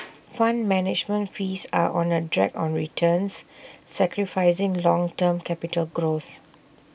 fund management fees are on A drag on returns sacrificing long term capital growth